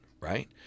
right